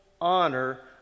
honor